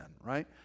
right